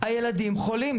הילדים חולים.